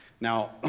Now